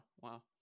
Wow